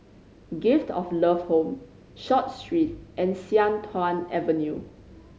Gift of Love Home Short Street and Sian Tuan Avenue